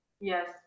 yes